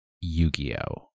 Yu-Gi-Oh